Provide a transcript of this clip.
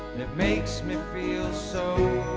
and it makes me feel so